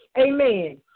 Amen